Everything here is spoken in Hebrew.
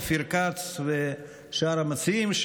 אופיר כץ ושאר המציעים,